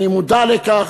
אני מודע לכך,